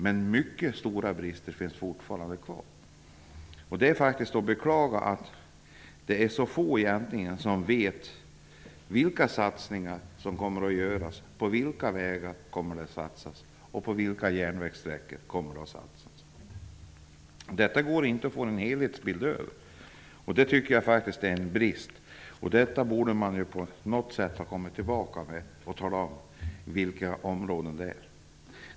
Men mycket stora brister finns fortfarande kvar. Det är faktiskt att beklaga att det är så få som egentligen vet vilka satsningar som kommer att göras, på vilka vägar det kommer att satsas och på vilka järnvägssträckor det kommer att satsas. Detta går inte att få en helhetsbild av. Det tycker jag faktiskt är en brist. Regeringen borde på något sätt ha kommit tillbaka och talat om vilka områden det är fråga om.